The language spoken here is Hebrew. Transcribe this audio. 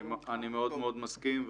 אני מאוד מאוד מסכים,